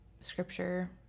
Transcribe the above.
scripture